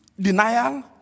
denial